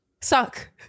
Suck